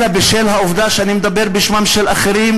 אלא בשל העובדה שאני מדבר בשמם של אחרים,